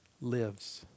lives